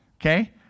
Okay